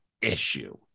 issue